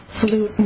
flute